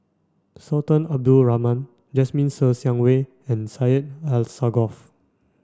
Sultan Abdul Rahman Jasmine Ser Xiang Wei and Syed Alsagoff